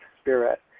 spirit